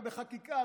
זה בחקיקה,